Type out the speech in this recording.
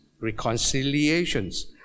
reconciliations